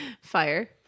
Fire